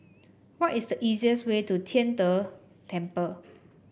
what is the easiest way to Tian De Temple